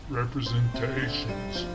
representations